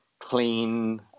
Clean